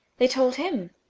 they told him.